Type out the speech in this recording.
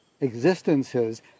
existences